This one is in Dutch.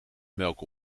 melk